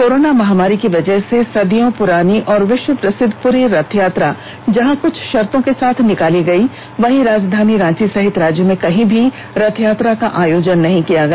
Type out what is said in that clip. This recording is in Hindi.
कोरोना महामारी की वजह से सदियों पुरानी और विश्व प्रसिद्ध पुरी रथयात्रा जहां कुछ शर्तों के साथ निकाली गई वहीं राजधानी रांची सहित राज्य में कहीं भी रथयात्रा का अयोजन नहीं किया गया